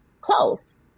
closed